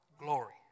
Glory